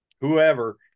whoever